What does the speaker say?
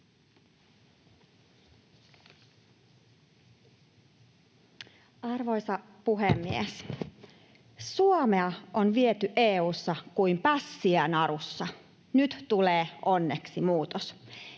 Arvoisa puhemies! Suomea on viety EU:ssa kuin pässiä narussa. Nyt tulee onneksi muutos.